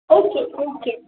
okay okay